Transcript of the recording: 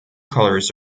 colors